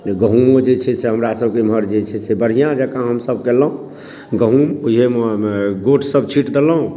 जे गहुॅंम जे छै से हमरा सभके इमहर जे छै से बढ़िऑं जकाॅं हमसभ केलहुॅं गहूॅंम ओहि मे गोट सभ छीट दलहुॅं